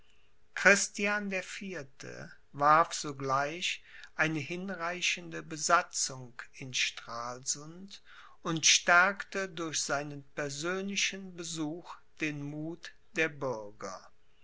christian der vierte warf sogleich eine hinreichende besatzung in stralsund und stärkte durch seinen persönlichen besuch den muth der bürger